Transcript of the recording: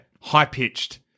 high-pitched